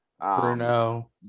Bruno